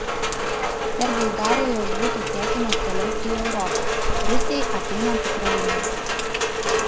per bulgariją jos būtų tiekiamos toliau į europą rusijai apeinant ukrainą